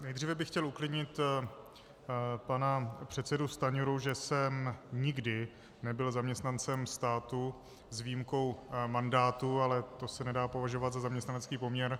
Nejdříve bych chtěl uklidnit pana předsedu Stanjuru, že jsem nikdy nebyl zaměstnancem státu s výjimkou mandátu, ale to se nedá považovat za zaměstnanecký poměr.